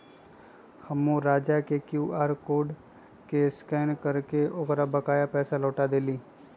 हम्मे राजा के क्यू आर कोड के स्कैन करके ओकर बकाया पैसा लौटा देली